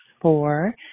four